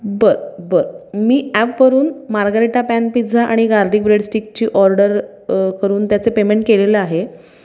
बर बर मी ॲपवरून मार्गरेटा पॅन पिझ्झा आणि गार्लिक ब्रेडस्टिकची ऑर्डर करून त्याचे पेमेंट केलेलं आहे